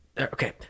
okay